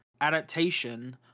adaptation